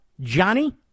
Johnny